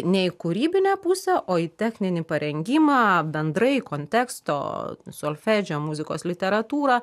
ne į kūrybinę pusę o į techninį parengimą bendrai į konteksto solfedžio muzikos literatūrą